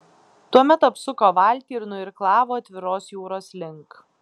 tuomet apsuko valtį ir nuirklavo atviros jūros link